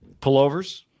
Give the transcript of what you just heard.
Pullovers